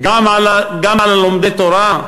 גם על לומדי התורה?